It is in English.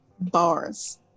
bars